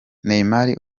neymar